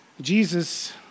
Jesus